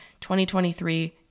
2023